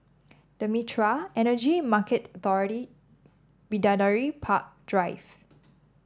The Mitraa Energy Market Authority Bidadari Park Drive